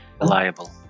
Reliable